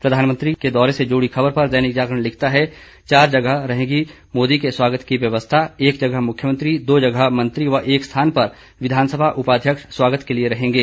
प्रधानमंत्री के दौरे से जुड़ी खबर पर दैनिक जागरण लिखता है चार जगह रहेगी मोदी के स्वागत की व्यवस्था एक जगह मुख्यमंत्री दो जगह मंत्री व एक स्थान पर विधानसभा उपाध्यक्ष स्वागत के लिए रहेंगे